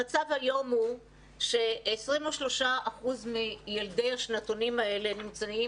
המצב היום הוא ש-23% מילדי השנתונים האלה נמצאים